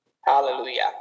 Hallelujah